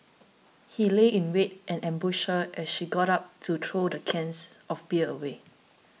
he lay in wait and ambushed her as she got up to throw the cans of beer away